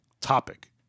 topic